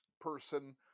person